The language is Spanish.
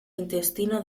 intestino